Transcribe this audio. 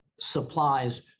supplies